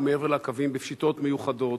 או מעבר לקווים בפשיטות מיוחדות.